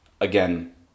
Again